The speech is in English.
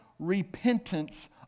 Repentance